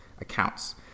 accounts